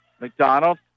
McDonald